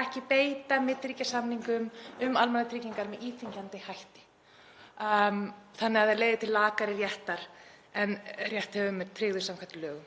megi beita milliríkjasamningum um almannatryggingar með íþyngjandi hætti þannig að það leiði til lakari réttar en rétthöfum er tryggður samkvæmt lögum.